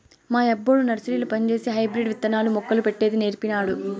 మా యబ్బొడు నర్సరీల పంజేసి హైబ్రిడ్ విత్తనాలు, మొక్కలు పెట్టేది నీర్పినాడు